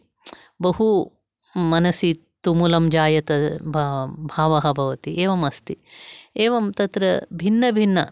बहु मनसि तुमुलं जायते बा भावः भवति एवमस्ति एवं तत्र भिन्नभिन्न